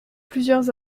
plusieurs